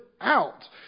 out